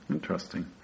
Interesting